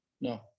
No